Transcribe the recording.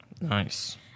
Nice